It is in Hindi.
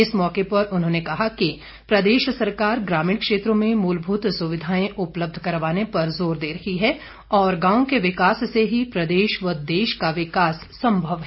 इस मौके पर उन्होंने कहा कि प्रदेश सरकार ग्रामीण क्षेत्रों में मूलभूत सुविधाएं उपलब्ध करवाने पर जोर दे रही है और गांव के विकास से ही प्रदेश व देश का विकास संभव है